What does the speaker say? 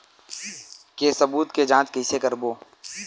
के सबूत के जांच कइसे करबो?